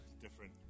different